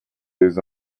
des